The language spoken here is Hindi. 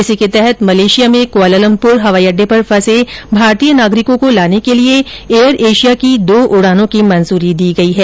इसी के तहत मलेशिया में क्वालालम्पुर हवाई अड्डे पर फंसे भारतीय नागरिकों को लाने के लिए एयर एशिया की दो उडानों की मंजूरी दी गई है